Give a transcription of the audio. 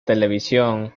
televisión